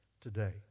today